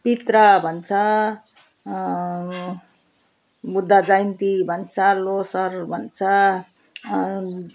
पितृ भन्छ बुद्धजयन्ती भन्छ लोसर भन्छ